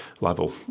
level